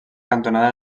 cantonada